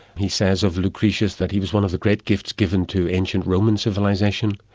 he says of lucretius that he was one of the great gifts given to ancient roman civilisation,